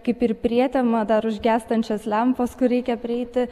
kaip ir prietema dar užgęstančios lempos kur reikia prieiti